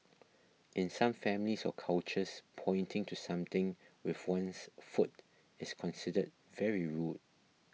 in some families or cultures pointing to something with one's foot is considered very rude